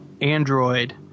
Android